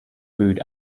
food